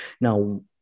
Now